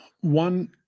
one